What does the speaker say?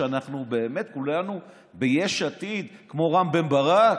שאנחנו באמת כולנו ביש עתיד כמו רם בן ברק?